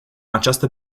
această